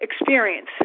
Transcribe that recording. experience